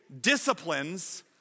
Disciplines